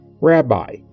Rabbi